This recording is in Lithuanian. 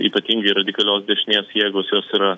ypatingai radikalios dešinės jėgos jos yra